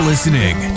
Listening